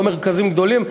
לא מרכזים גדולים,